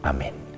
Amen